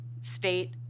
state